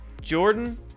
Jordan